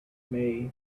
may